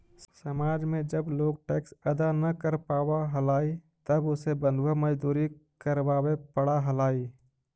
समाज में जब लोग टैक्स अदा न कर पावा हलाई तब उसे बंधुआ मजदूरी करवावे पड़ा हलाई